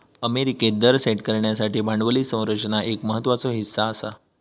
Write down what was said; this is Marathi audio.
अमेरिकेत दर सेट करण्यासाठी भांडवली संरचना एक महत्त्वाचो हीस्सा आसा